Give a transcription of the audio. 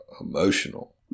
emotional